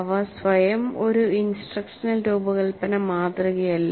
അവ സ്വയം ഒരു ഇൻസ്ട്രക്ഷണൽ രൂപകൽപ്പന മാതൃകയല്ല